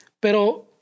Pero